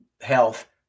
Health